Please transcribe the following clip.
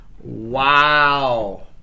Wow